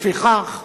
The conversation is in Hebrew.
לפיכך,